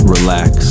Relax